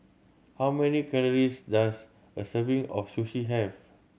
how many calories does a serving of Sushi have